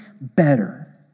better